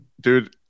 Dude